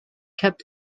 kept